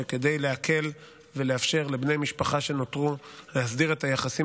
כדי להקל ולאפשר לבני משפחה שנותרו להסדיר את היחסים